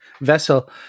Vessel